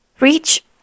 reach